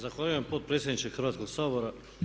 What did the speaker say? Zahvaljujem potpredsjedniče Hrvatskoga sabora.